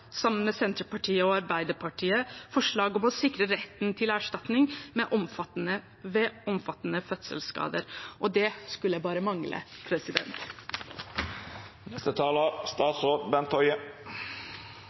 sammen med Senterpartiet og Arbeiderpartiet, forslag om å sikre retten til erstatning ved omfattende fødselsskader, og det skulle bare mangle.